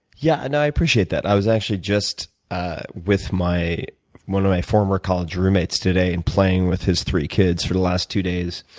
yeah, no, i appreciate that. i was actually just ah with one of my former college roommates today, and playing with his three kids for the last two days.